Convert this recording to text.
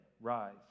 rise